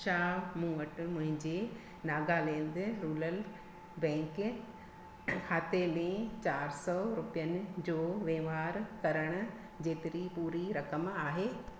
छा मूं वटि मुंहिंजे नागालैंड रूरल बैंक खाते में चारि सौ रुपियनि जो वहिंवार करणु जेतिरी पूरी रक़म आहे